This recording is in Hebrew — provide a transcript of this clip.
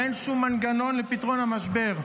ואין שום מנגנון לפתרון המשבר.